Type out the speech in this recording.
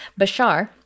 Bashar